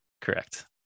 correct